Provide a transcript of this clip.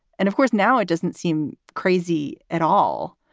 and of course, now it doesn't seem crazy at all.